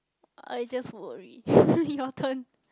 I just worry your turn